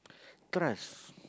trust